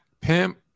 Pimp